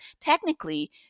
technically